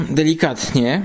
delikatnie